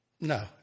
No